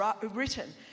written